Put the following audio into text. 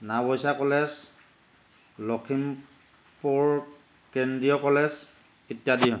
Naoboicha college Lakhimpur কেন্দ্ৰীয় college ইত্যাদি